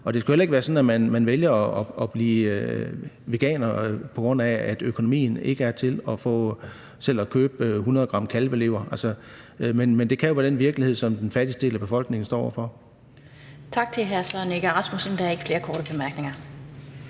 Det skulle heller ikke være sådan, at man vælger at blive veganer, på grund af at økonomien ikke er til at købe 100 g kalvelever. Men det kan jo være den virkelighed, som den fattigste del af befolkningen står over for. Kl. 11:35 Den fg. formand (Annette Lind): Tak til hr. Søren Egge Rasmussen. Der er ikke flere korte bemærkninger.